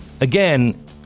again